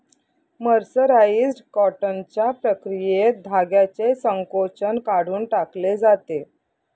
mercerised कॉटनच्या प्रक्रियेत धाग्याचे संकोचन काढून टाकले जाते